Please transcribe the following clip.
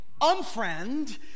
unfriend